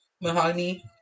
Mahogany